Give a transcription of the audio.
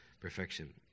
perfection